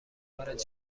وارد